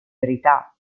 verità